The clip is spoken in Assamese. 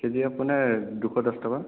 কেজি আপোনাৰ দুশ দহ টকা